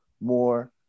more